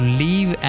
leave